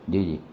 جی